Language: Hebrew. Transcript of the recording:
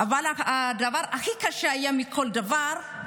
אבל הדבר הקשה מכל דבר היה